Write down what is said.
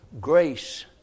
grace